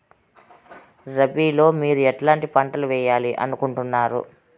రబిలో మీరు ఎట్లాంటి పంటలు వేయాలి అనుకుంటున్నారు?